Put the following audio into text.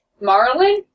Marlin